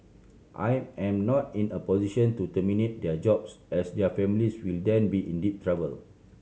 I am not in a position to terminate their jobs as their families will then be in deep trouble